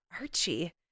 Archie